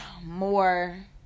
more